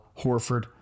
Horford